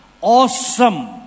awesome